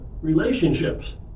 relationships